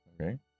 Okay